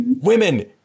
women